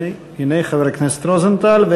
הנה חבר הכנסת רוזנטל,